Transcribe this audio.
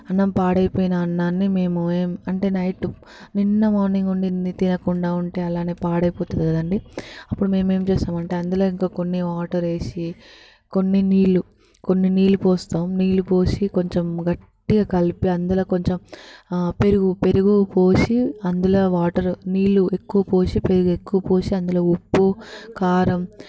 అన్నం పాడైపోయిన అన్నాన్ని మేము అంటే నైటు నిన్న మార్నింగ్ వండింది తినకుండా ఉంటే అలానే పాడైపోతుంది కదండీ అప్పుడు మేము ఏం చేస్తాము అంటే అందులో ఇంకా కొన్ని వాటర్ వేసి కొన్ని నీళ్ళు కొన్ని నీళ్ళు పోస్తాము నీళ్ళు పోసి కొంచెం గట్టిగా కలిపి అందులో కొంచెం పెరుగు పెరుగు పోసి అందులో వాటర్ నీళ్ళు ఎక్కువ పోసి పెరుగు ఎక్కువ పోసి అందులో ఉప్పు కారం